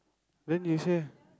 then you say